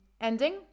ending